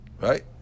Right